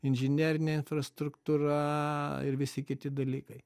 inžinerinė infrastruktūra ir visi kiti dalykai